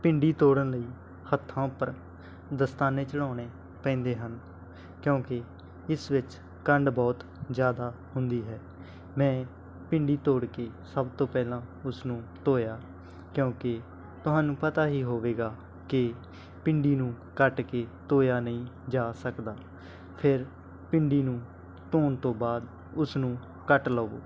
ਭਿੰਡੀ ਤੋੜਨ ਲਈ ਹੱਥਾਂ ਉੱਪਰ ਦਸਤਾਨੇ ਚੜ੍ਹਾਉਣੇ ਪੈਂਦੇ ਹਨ ਕਿਉਂਕਿ ਇਸ ਵਿੱਚ ਕੰਡ ਬਹੁਤ ਜ਼ਿਆਦਾ ਹੁੰਦੀ ਹੈ ਮੈਂ ਭਿੰਡੀ ਤੋੜ ਕੇ ਸਭ ਤੋਂ ਪਹਿਲਾਂ ਉਸਨੂੰ ਧੋਇਆ ਕਿਉਂਕਿ ਤੁਹਾਨੂੰ ਪਤਾ ਹੀ ਹੋਵੇਗਾ ਕਿ ਭਿੰਡੀ ਨੂੰ ਕੱਟ ਕੇ ਧੋਇਆ ਨਹੀਂ ਜਾ ਸਕਦਾ ਫਿਰ ਭਿੰਡੀ ਨੂੰ ਧੋਣ ਤੋਂ ਬਾਅਦ ਉਸ ਨੂੰ ਕੱਟ ਲਵੋ